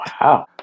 Wow